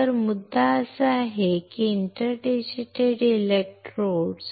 तर मुद्दा हा आहे की मी हे इंटर डिजिटेटेड इलेक्ट्रोड्स